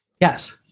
Yes